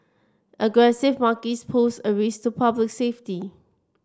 aggressive monkeys pose a risk to public safety